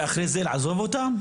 ואחרי זה לעזוב אותם?